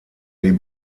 die